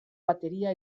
bateria